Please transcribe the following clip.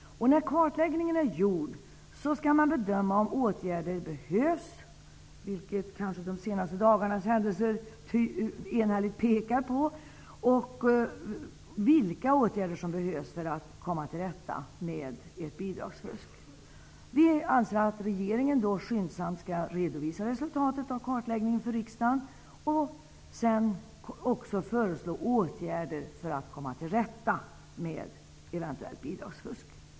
När kartläggningen är gjord skall en bedömning göras huruvida åtgärder behöver vidtas, vilket kanske de senaste dagarnas händelser entydigt pekar på, och vilka åtgärder som i så fall behövs för att komma till rätta med bidragsfusket. Vi i utskottet anser att regeringen skyndsamt skall redovisa resultatet av kartläggningen för riksdagen, och sedan föreslå åtgärder för att komma till rätta med eventuellt bidragsfusk.